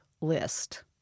List